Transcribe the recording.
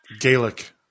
Gaelic